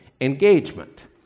engagement